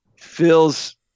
Feels